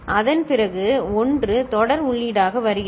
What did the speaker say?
அதன் பிறகு 1 தொடர் உள்ளீடாக வருகிறது